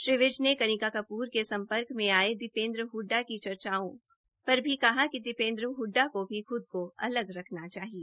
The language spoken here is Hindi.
श्री विज ने कनिका कपूर के संपर्क में आये दीपेंद्र हुड्डा की चर्चाओं पर भी कहा कि दीपेंद्र हुड्डा को भी खुद को अलग रखना चाहिए